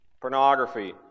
Pornography